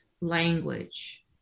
language